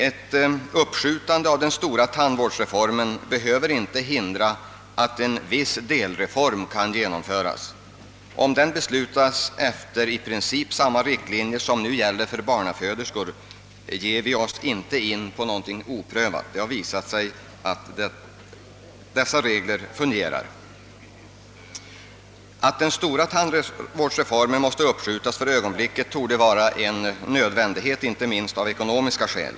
Ett uppskjutande av den stora tandvårdsreformen hindrar inte att en viss delreform genomföres. Om den sker efter i princip samma riktlinjer som nu gäller för barnaföderskor, ger vi oss inte in på något oprövat. Det har visat sig att de reglerna fungerar. Det torde vara nödvändigt att den stora tandvårdsreformen för tillfället uppskjutes, detta inte minst av ekonomiska skäl.